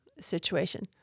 situation